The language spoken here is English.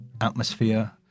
atmosphere